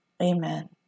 Amen